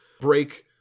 break